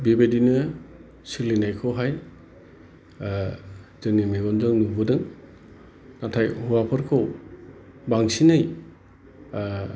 बेबादिनो सोलिनायखौहाय जोंनि मेगनजों नुबोदों नाथाय हौवाफोरखौ बांसिनै